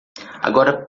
agora